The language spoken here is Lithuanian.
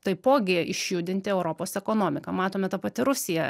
taipogi išjudinti europos ekonomiką matome ta pati rusija